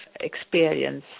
experience